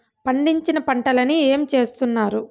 పండించిన పంటలని ఏమి చేస్తున్నారు?